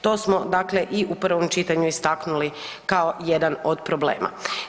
To smo dakle i u prvom čitanju istaknuli kao jedan od problema.